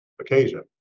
occasion